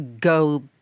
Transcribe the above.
go